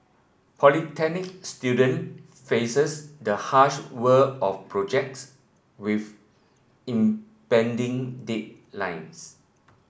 polytechnic student faces the harsh world of projects with impending